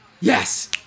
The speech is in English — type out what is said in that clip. yes